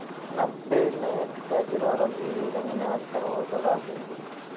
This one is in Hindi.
नब्बे में पिताजी द्वारा ली हुई जमीन आज करोड़ों का लाभ देगी